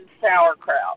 sauerkraut